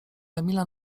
emila